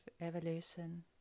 evolution